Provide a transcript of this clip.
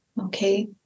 okay